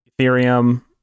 Ethereum